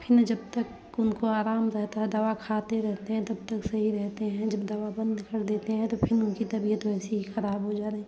फिर जब तक उनको आराम रहता है दवा खाते रहते हैं तब तक सही रहते हैं जब दवा बंद कर देते हैं त फिर उनकी तबियत वैसी ही ख़राब हो जा रही